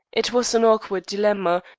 it was an awkward dilemma,